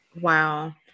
Wow